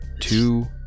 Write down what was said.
two